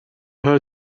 her